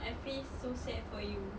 I feel so sad for you